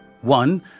One